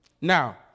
Now